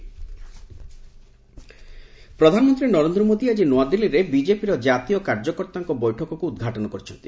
PM BJP meeting ପ୍ରଧାନମନ୍ତ୍ରୀ ନରେନ୍ଦ୍ର ମୋଦି ଆଜି ନୂଆଦିଲ୍ଲୀରେ ବିଜେପିର ଜାତୀୟ କାର୍ଯ୍ୟକର୍ତ୍ତାଙ୍କ ବୈଠକକୁ ଉଦ୍ଘାଟନ କରିଛନ୍ତି